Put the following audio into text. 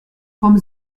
von